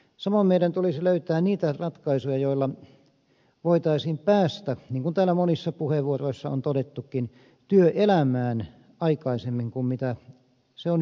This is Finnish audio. samoin meidän tulisi löytää niitä ratkaisuja joilla voitaisiin päästä niin kuin täällä monissa puheenvuoroissa on todettukin työelämään aikaisemmin kuin on nyt mahdollista